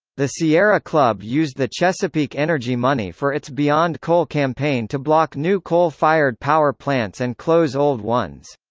the sierra club used the chesapeake energy money for its beyond coal campaign to block new coal-fired power plants and close old ones.